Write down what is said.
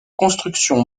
construction